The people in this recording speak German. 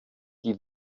die